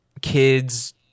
kids